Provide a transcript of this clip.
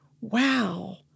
wow